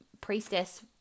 priestess